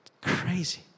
Crazy